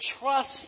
trust